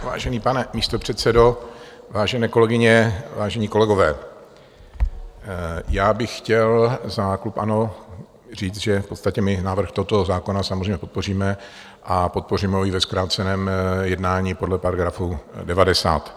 Vážený pane místopředsedo, vážené kolegyně, vážení kolegové, já bych chtěl za klub ANO říct, že v podstatě my návrh toto zákona samozřejmě podpoříme a podpoříme ho i ve zkráceném jednání podle § 90.